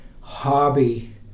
hobby